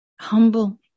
Humble